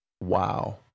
Wow